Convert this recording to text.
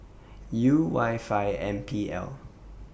U Y five M P L